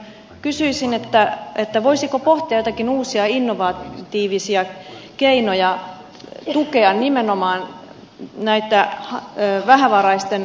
kysyisin että ette voisiko kohteitakin uusia innovatiivisia keinoja tukea nimenomaan nähdään myös vähävaraisten